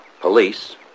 Police